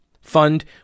Fund